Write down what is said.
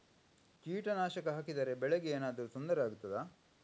ಕೀಟನಾಶಕ ಹಾಕಿದರೆ ಬೆಳೆಗೆ ಏನಾದರೂ ತೊಂದರೆ ಆಗುತ್ತದಾ?